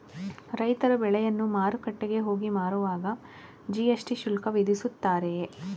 ರೈತರು ಬೆಳೆಯನ್ನು ಮಾರುಕಟ್ಟೆಗೆ ಹೋಗಿ ಮಾರುವಾಗ ಜಿ.ಎಸ್.ಟಿ ಶುಲ್ಕ ವಿಧಿಸುತ್ತಾರೆಯೇ?